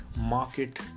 market